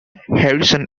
harrison